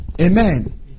Amen